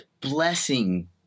blessing